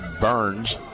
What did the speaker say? Burns